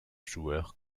joueurs